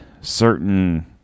certain